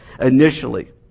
initially